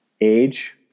age